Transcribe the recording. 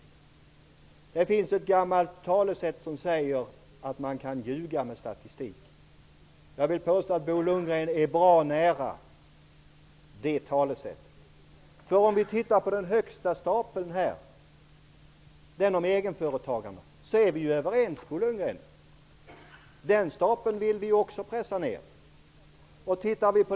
Det finns ett gammalt talesätt som säger att man kan ljuga med statistik. Jag vill påstå att Bo Lundgren är bra nära att göra det. Vad gäller den högsta stapeln i diagrammet, den som handlar om egenföretagarna, är vi ju överens, Bo Lundgren. Den stapeln vill ju också vi pressa ner.